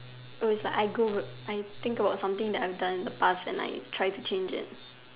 er is like I go I think about something that I have done in the past and I try to change it